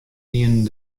wiene